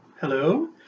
Hello